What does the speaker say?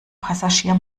passagier